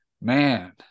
man